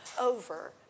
over